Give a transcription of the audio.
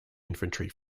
infantry